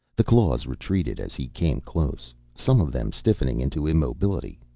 the claws retreated as he came close, some of them stiffening into immobility.